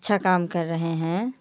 अच्छा काम कर रहे हैं